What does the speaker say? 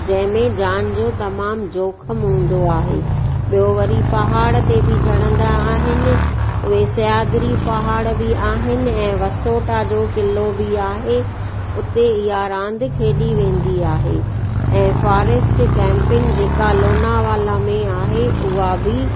जंहिंमें जान जो तमामु जोख़िमु हूंदो आहे ॿियो वरी पहाड़ ते बि चढ़ंदा आहिनि उहे सह्याद्री पहाड़ बि आहिनि ऐं वसोटा जो किलो बि आहे इहा रांदि खेॾी वेंदी आहे ऐं फॉरेस्ट कैपिंग जेका लोनावाला में आहे उहा बि